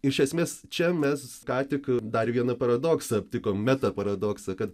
iš esmės čia mes ką tik dar vieną paradoksą aptikom meta paradoksą kad